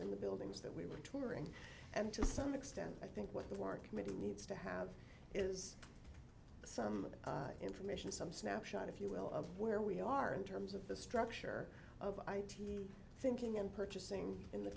in the buildings that we were touring and to some extent i think what the work committee needs to have is some information some snapshot if you will of where we are in terms of the structure of thinking and purchasing in the